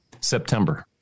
September